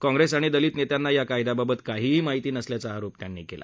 काँग्रेस आणि दलित नेत्यांना या कायद्याबाबत काहीही माहिती नसल्याचा आरोपही नड्डा यांनी केला